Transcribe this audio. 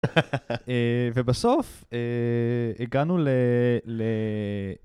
ובסוף הגענו ל.